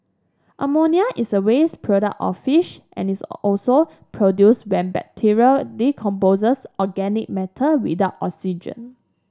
ammonia is a waste product of fish and is also produced when bacteria decomposes organic matter without oxygen